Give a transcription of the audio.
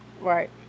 Right